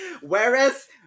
Whereas